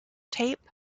tape